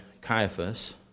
Caiaphas